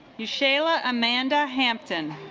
you shayla amanda hampton